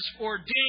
ordained